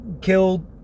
killed